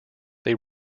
they